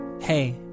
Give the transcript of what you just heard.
Hey